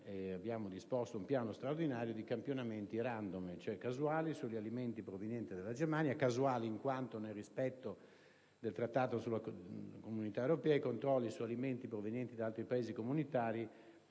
Abbiamo disposto un piano straordinario di campionamenti *random*, ossia casuali, sugli alimenti provenienti dalla Germania. Infatti, nel rispetto del Trattato della Comunità europea, i controlli su alimenti provenienti da altri Paesi comunitari